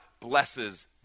blesses